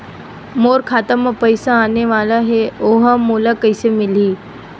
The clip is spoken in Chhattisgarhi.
मोर खाता म पईसा आने वाला हे ओहा मोला कइसे मिलही?